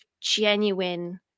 genuine